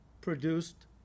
produced